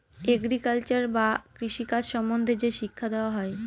agriculture বা কৃষি কাজ সম্বন্ধে যে শিক্ষা দেওয়া হয়